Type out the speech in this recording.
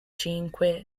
cinque